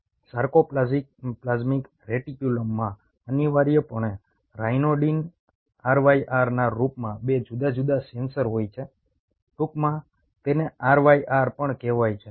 તેથી સાર્કોપ્લાઝમિક રેટિક્યુલમમાં અનિવાર્યપણે રાયનોડીન RYRના રૂપમાં 2 જુદા જુદા સેન્સર હોય છે ટૂંકમાં તેને RYR પણ કહેવાય છે